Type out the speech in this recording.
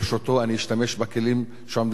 אני אשתמש בכלים שעומדים לרשותי,